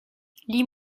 lis